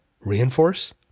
Reinforce